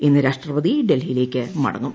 ഇന്ന് രാഷ്ട്രപതി ഡൽഹിയിലേക്ക് മടങ്ങും